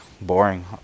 boring